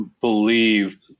believe